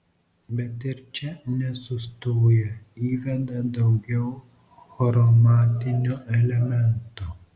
bet ir čia nesustoja įveda daugiau chromatinio elemento